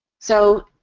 so,